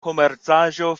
komercaĵo